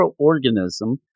microorganism